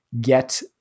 get